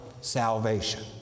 salvation